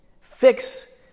fix